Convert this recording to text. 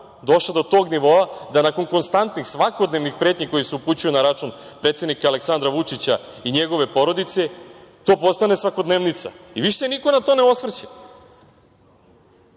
došla do tog nivoa da nakon konstantnih, svakodnevnih pretnji koje se upućuju na račun predsednika Aleksandra Vučića i njegove porodice to postane svakodnevnica i više se niko na to ne osvrće.